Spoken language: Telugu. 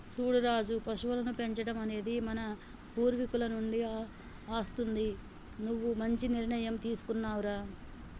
సూడు రాజు పశువులను పెంచడం అనేది మన పూర్వీకుల నుండి అస్తుంది నువ్వు మంచి నిర్ణయం తీసుకున్నావ్ రా